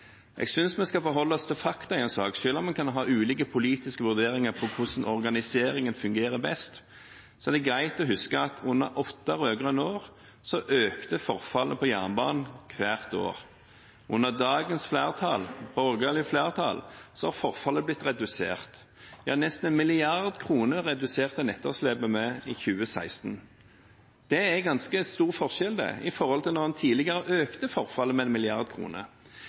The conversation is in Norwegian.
Jeg synes vi skal forholde oss til fakta i en sak. Selv om en kan ha ulike politiske vurderinger av hvordan organiseringen fungerer best, er det greit å huske at under åtte rød-grønne år økte forfallet på jernbanen hvert år. Under dagens flertall – borgerlig flertall – har forfallet blitt redusert. Nesten 1 mrd. kr reduserte en etterslepet med i 2016. Det er en ganske stor forskjell i forhold til tidligere, da en økte forfallet med 1 mrd. kr. Det er en